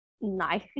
Nice